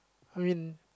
I mean